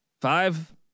five